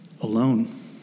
Alone